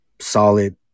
solid